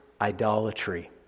idolatry